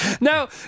Now